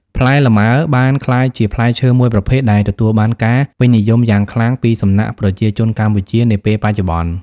ផ្លែលម៉ើបានក្លាយជាផ្លែឈើមួយប្រភេទដែលទទួលបានការពេញនិយមយ៉ាងខ្លាំងពីសំណាក់ប្រជាជនកម្ពុជានាពេលបច្ចុប្បន្ន។